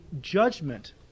judgment